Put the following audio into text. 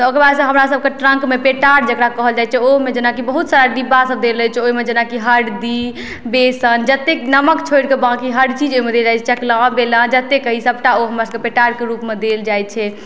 ओकरबाद से हमरा सबके ट्रंकमे पेटा जकरा कहल जाइ छै ओहूमे जेना कि बहुत सारा डिब्बा सब देल रहै छै ओहिमे जेना कि हरदी बेसन जत्तेक नमक छोड़िके बाँकी हरचीज ओहिमे देल जाइ छै चकला बेलन जतेक कही सबटा ओ हमरा सबके पेटाके रूपमे देल जाइ छै